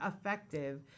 effective